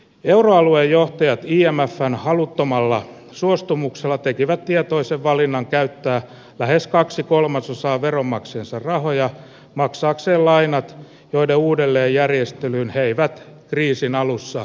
euro aluejohtajat ja mä saan haluttomalla suostumuksella tekivät tietoisen valinnan käyttää lähes kaksi kolmasosaa veronmaksaja saa rahoja maksaakseen lainat joiden uudelleenjärjestelyyn he eivät kriisin alussa